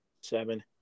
Seven